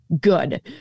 Good